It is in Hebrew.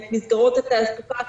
את מסגרות התעסוקה,